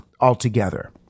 altogether